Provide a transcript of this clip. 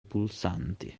pulsanti